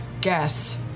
guess